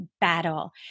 battle